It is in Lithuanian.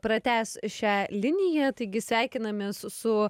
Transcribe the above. pratęs šią liniją taigi sveikinamės su